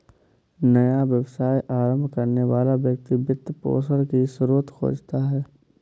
नया व्यवसाय आरंभ करने वाला व्यक्ति वित्त पोषण की स्रोत खोजता है